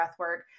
breathwork